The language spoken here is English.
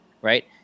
right